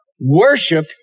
Worship